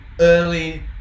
early